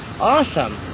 Awesome